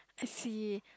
I see